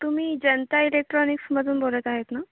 तुम्ही जनता इलेक्ट्रॉनिक्समधून बोलत आहेत ना